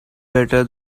better